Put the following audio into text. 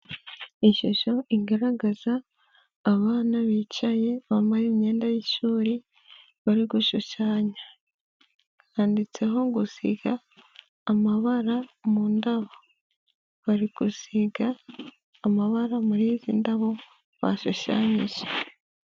Ishusho igaragaza abana bicaye bambaye imyenda y'ishuri bari gushushanya, handitseho gusiga amabara mu ndabo, bari gusiga amabara muri izi ndabo bashushanyije.